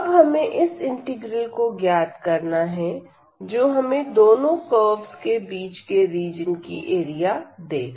अब हमें इस इंटीग्रल को ज्ञात करना है जो हमें दोनों कर्वस के बीच के रीजन की एरिया देगा